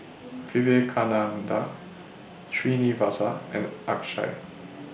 Vivekananda Srinivasa and Akshay